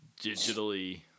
digitally